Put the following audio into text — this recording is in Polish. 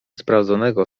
sprawdzonego